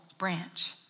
branch